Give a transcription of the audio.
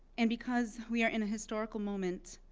and because we are in a historical moment